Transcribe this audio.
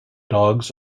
dogs